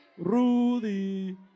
Rudy